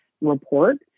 Report